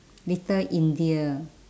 little india